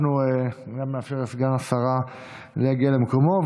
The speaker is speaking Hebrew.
אנחנו גם נאפשר לסגן השרה להגיע למקומו,